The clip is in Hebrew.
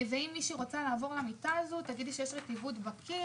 אם מישהי תרצה לעבור לישון במיטה הזאת תגידי שיש רטיבות בקיר